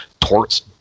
Torts